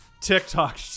TikTok